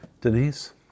Denise